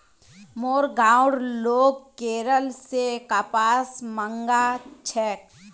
मोर गांउर लोग केरल स कपास मंगा छेक